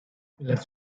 las